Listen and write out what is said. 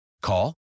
Call